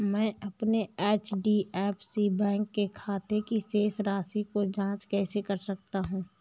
मैं अपने HDFC bank के खाते की शेष राशि की जाँच कैसे कर सकता हूँ?